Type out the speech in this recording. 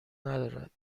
ندارد